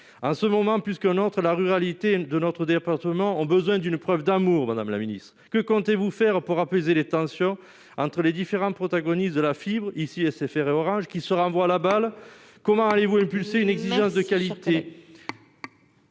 en ce moment puisqu'un autre à la ruralité de notre département ont besoin d'une preuve d'amour, Madame la Ministre que comptez-vous faire pour apaiser les tensions entre les différents protagonistes de la fibre ici SFR et Orange qui se renvoient la balle, comment allez-vous impulser une exigence de qualité.